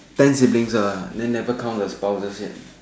then siblings ah then never count the spouses yet